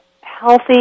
healthy